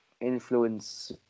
influence